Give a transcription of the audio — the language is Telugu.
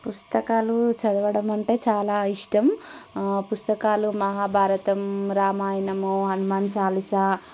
పుస్తకాలు చదవడం అంటే చాలా ఇష్టం పుస్తకాలు మహాభారతం రామాయణము హనుమాన్ చాలీసా